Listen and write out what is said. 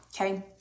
okay